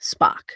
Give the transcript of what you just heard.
spock